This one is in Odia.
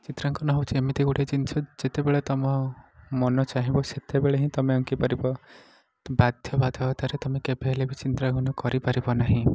ଚିତ୍ରାଙ୍କନ ହେଉଛି ଏମିତି ଗୋଟିଏ ଜିନିଷ ଯେତେବେଳେ ତୁମ ମନ ଚାହିଁବ ସେତେବେଳେ ହିଁ ତୁମେ ଆଙ୍କିପାରିବ ବାଧ୍ୟବାଧକତାରେ ତୁମେ କେବେ ହେଲେ ବି ଚିତ୍ରାଙ୍କନ କରିପାରିବ ନାହିଁ